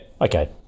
okay